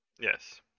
Yes